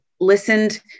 listened